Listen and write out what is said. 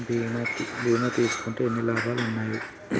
బీమా తీసుకుంటే ఎన్ని లాభాలు ఉన్నాయి?